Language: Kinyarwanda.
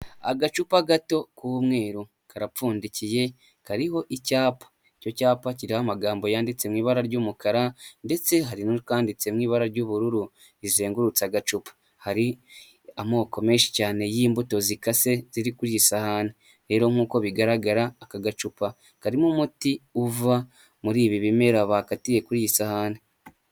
Agacupa gato k'umweru karapfundikiye kariho icyapa, icyo cyapa kiriho amagambo yanditse mu ibara ry'umukara ndetse hari n'akanditse mu ibara ry'ubururu rizengururutse agacupa, hari amoko menshi cyane y'imbuto zikase ziri ku isahani, rero nk'uko bigaragara aka gacupa karimo umuti uva muri ibi bimera bakatiye kuri iyi sahani.